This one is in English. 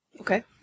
Okay